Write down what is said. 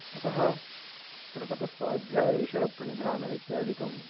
अतः तत्र तपस्वाध्याय ईश्वरप्रणिधान इत्यादिकं